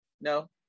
no